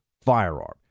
firearm